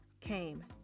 came